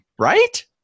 right